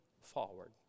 forward